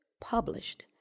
published